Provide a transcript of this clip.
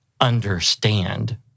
understand